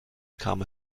kam